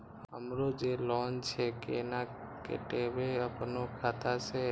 हमरो जे लोन छे केना कटेबे अपनो खाता से?